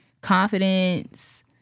confidence